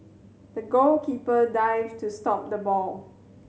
the goalkeeper dived to stop the ball